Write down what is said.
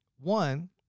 one